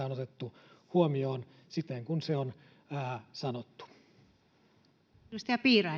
on otettu huomioon siten kuin se on sanottu arvoisa